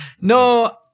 no